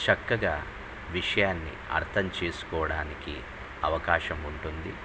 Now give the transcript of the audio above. చక్కగా విషయాన్ని అర్థం చేసుకోవడానికి అవకాశం ఉంటుంది